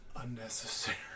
unnecessary